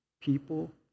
people